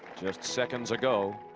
just seconds ago